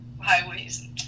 highways